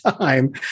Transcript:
time